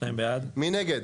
הצבעה בעד, 2 נגד,